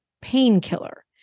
Painkiller